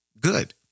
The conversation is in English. Good